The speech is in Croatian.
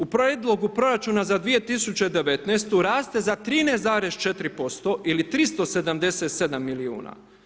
U Prijedlogu proračuna za 2019. raste za 13,4% ili 377 milijuna.